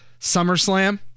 SummerSlam